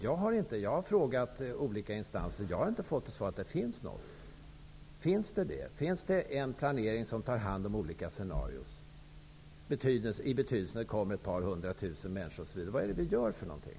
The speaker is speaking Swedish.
jag har frågat olika instanser, men jag har inte fått till svar att det finns någon. Finns det en planering som tar hand om olika scenarion, i betydelsen att det kommer 200 000 människor? Vad gör vi då för någonting?